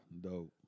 Dope